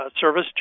service